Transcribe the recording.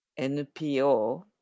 NPO